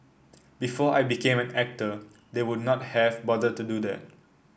before I became an actor they would not have bothered to do that